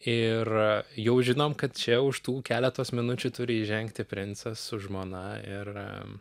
ir jau žinom kad čia už tų keleto minučių turi įžengti princas su žmona ir